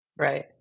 Right